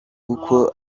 uko